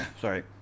Sorry